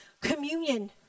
communion